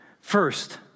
First